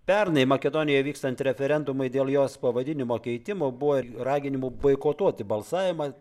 pernai makedonijoje vykstant referendumui dėl jos pavadinimo keitimo buvo raginimų boikotuoti balsavimą